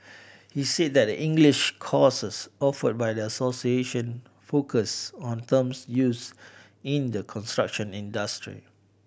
he said that the English courses offered by the association focus on terms used in the construction industry